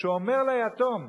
שאומר ליתום: